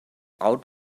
out